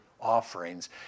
offerings